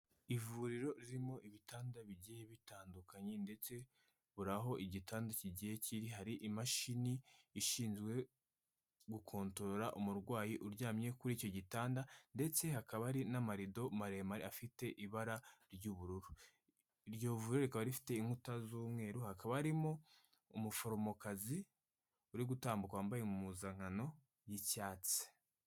Ivuriro ririmo ibitanda bigiye bitandukanye ndetse buri aho igitanda kigiye kiri hari imashini, ishinzwe gukontorora umurwayi uryamye kuri icyo gitanda ndetse hakaba ari n'amarido maremare afite ibara ry'ubururu, iryo vuriro rikaba rifite inkuta z'umweru, hakaba harimo umuforomokazi uri gutambuka wambaye impuzankano y'icyatsi.